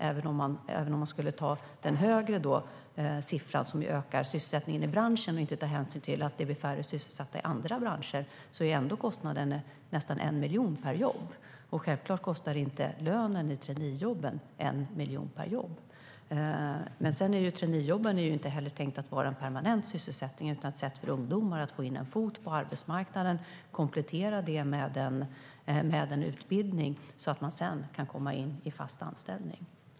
Även om man skulle ta den högre siffran, som visar ökningen av sysselsättningen i branschen och inte tar hänsyn till att det blir färre sysselsatta i andra branscher, är kostnaden ändå nästan 1 miljon per jobb. Självklart kostar inte lönen i traineejobben 1 miljon per jobb. Traineejobben är inte tänkta att vara en permanent sysselsättning utan ett sätt för ungdomar att få in en fot på arbetsmarknaden och komplettera det med en utbildning så att de sedan kan komma in i fast anställning.